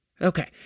okay